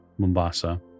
Mombasa